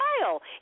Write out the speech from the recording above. Kyle